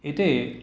इति